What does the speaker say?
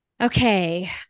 Okay